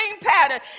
pattern